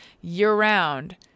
year-round